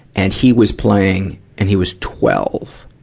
and he was playing and he was twelve.